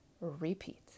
repeat